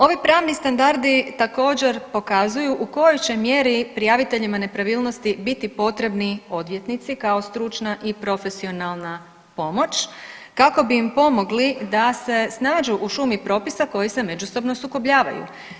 Ovi pravni standardi također, pokazuju u kojoj će mjeri prijaviteljima nepravilnosti biti potrebni odvjetnici kao stručna i profesionalna pomoć kako bi im pomogli da se snađu u šumi propisa koji se međusobno sukobljavaju.